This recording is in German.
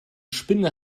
spinne